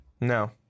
No